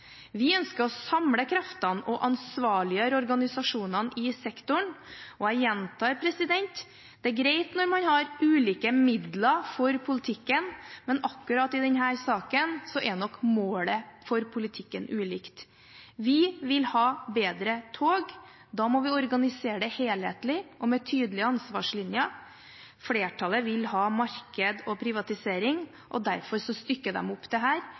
Vi ønsker å samle kreftene og ansvarliggjøre organisasjonene i sektoren. Jeg gjentar: Det er greit når man har ulike midler for politikken, men i denne saken er nok målet for politikken ulikt. Vi vil ha bedre tog. Da må vi organisere det helhetlig og med tydelige ansvarslinjer. Flertallet vil ha marked og privatisering. Derfor stykker de dette opp i et per i dag ukjent antall selskaper og i nye statlige etater, foretak og direktorater. Det